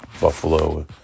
Buffalo